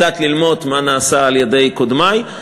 קצת ללמוד מה נעשה על-ידי קודמי.